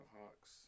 Hawks